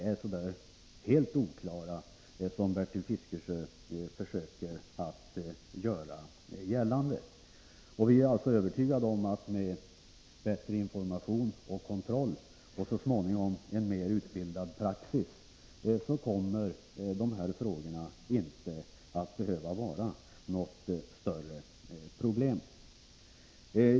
Jag vill hävda att reglerna knappast torde vara så oklara som Bertil Fiskesjö försöker göra gällande. Vi är som sagt övertygade om att med bättre information och kontroll och med en så småningom mer utbildad praxis kommer dessa frågor inte att behöva vara något större problem.